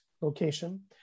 location